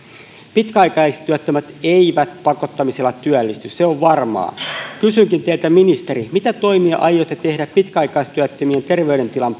pitkäaikaistyöttömät eivät pakottamisella työllisty se on varmaa kysynkin teiltä ministeri mitä toimia aiotte tehdä pitkäaikaistyöttömien terveydentilan